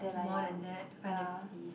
more than that five hundred and fifty